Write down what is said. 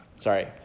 Sorry